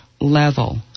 level